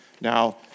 Now